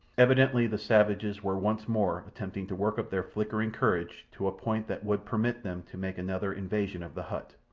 evidently the savages were once more attempting to work up their flickering courage to a point that would permit them to make another invasion of the hut,